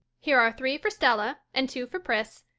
here are three for stella, and two for pris,